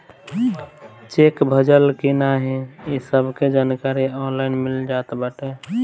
check भजल की नाही इ सबके जानकारी ऑनलाइन मिल जात बाटे